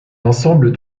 ensemble